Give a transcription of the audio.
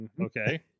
Okay